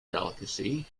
delicacy